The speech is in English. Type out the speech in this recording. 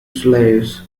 slaves